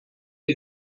ele